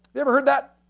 ever heard that?